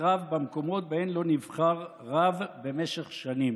רב במקומות שבהם לא נבחר רב במשך שנים.